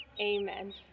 amen